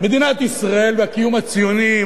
מדינת ישראל והקיום הציוני,